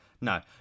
No